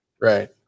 Right